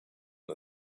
the